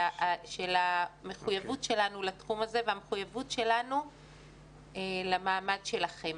של המחויבות שלנו לתחום הזה והמחויבות שלנו למעמד שלכם.